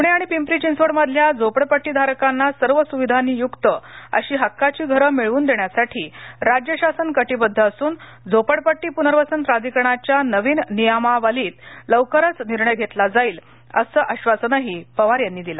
पूणे आणि पिंपरी चिंचवडमधल्या झोपडपट्टीधारकांना सर्व सुविधांनी युक्त अशी हक्काची घरं मिळवून देण्यासाठी राज्य शासन कटिबद्ध असून झोपडपट्टी पुनर्वसन प्राधिकरणाच्या नवीन नियमावलीबाबत लवकरच निर्णय घेतला जाईल असं आश्वासनही पवार यांनी दिलं